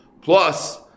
plus